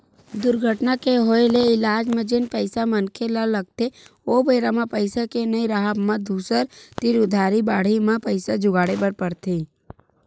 दुरघटना के होय ले इलाज म जेन पइसा मनखे ल लगथे ओ बेरा म पइसा के नइ राहब म दूसर तीर उधारी बाड़ही म पइसा जुगाड़े बर परथे